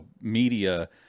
media